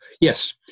Yes